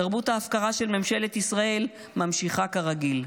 תרבות ההפקרה של ממשלת ישראל ממשיכה כרגיל.